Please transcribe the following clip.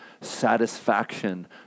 satisfaction